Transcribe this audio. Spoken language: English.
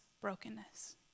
brokenness